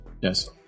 Yes